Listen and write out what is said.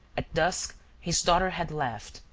at dusk his daughter had left,